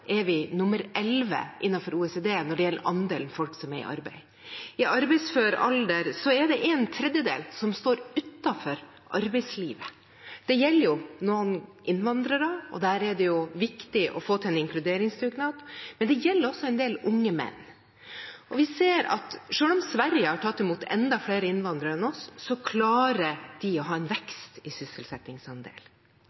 er vi nummer elleve i OECD når det gjelder andelen folk som er i arbeid. Blant dem i arbeidsfør alder er det en tredjedel som står utenfor arbeidslivet. Det gjelder noen innvandrere, og der er det viktig å få til en inkluderingsdugnad, men det gjelder også en del unge menn. Og vi ser at selv om Sverige har tatt imot enda flere innvandrere enn oss, klarer de å ha en